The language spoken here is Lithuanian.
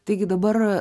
taigi dabar